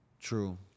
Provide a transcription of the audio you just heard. True